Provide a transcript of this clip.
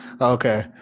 Okay